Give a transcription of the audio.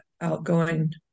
outgoing